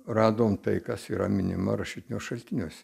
radom tai kas yra minima rašytiniuos šaltiniuose